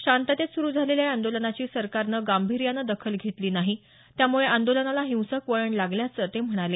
शांततेत सुरू झालेल्या या आंदोलनाची सरकारनं गांभीर्यानं दखल घेतली नाही त्यामुळे आंदोलनाला हिंसक वळण लागल्याचं ते म्हणाले